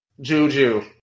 Juju